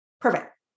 Perfect